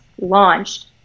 launched